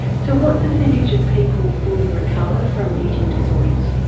so what percentage of people fully recover from eating disorders?